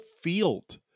field